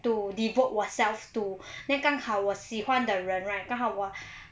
to devote 我 self to 那刚好我喜欢的人 right 刚好我